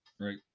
right